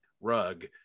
rug